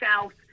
south